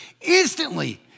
Instantly